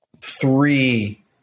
three